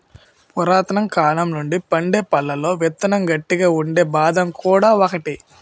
పురాతనకాలం నుండి పండే పళ్లలో విత్తనం గట్టిగా ఉండే బాదం కూడా ఒకటి